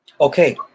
Okay